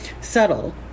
subtle